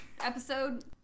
episode